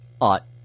ought